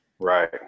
Right